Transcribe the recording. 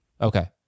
Okay